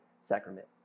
sacrament